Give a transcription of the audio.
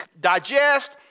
digest